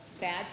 bad